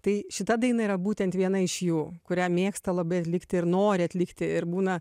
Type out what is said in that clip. tai šita daina yra būtent viena iš jų kurią mėgsta labai atlikti ir nori atlikti ir būna